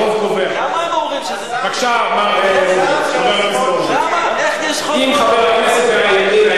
למה הם אומרים שזה, בבקשה, חבר הכנסת הורוביץ.